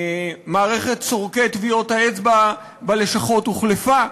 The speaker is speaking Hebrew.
מערכת סורקי טביעות האצבע בלשכות הוחלפה,